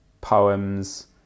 poems